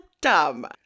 dumb